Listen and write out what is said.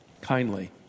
kindly